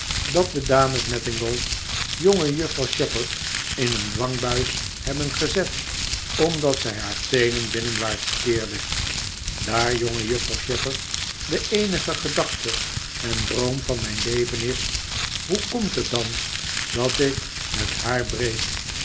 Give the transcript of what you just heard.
dat de dames nettingall jongejuffrouw shepherd in een dwangbuis hebben gezet omdat zij haar teenen binnenwaarts keerde daar jongejuffrouw shepherd de eenige gedachte en droom van mijn leven is hoe komt het dan dat ik met haar breek